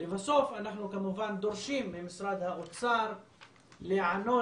לבסוף אנחנו כמובן דורשים ממשרד האוצר להיענות